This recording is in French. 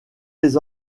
les